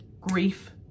Grief